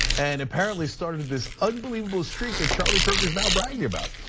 and apparently started this unbelievable streak that charlie kirk is now bragging about.